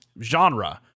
genre